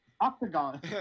Octagon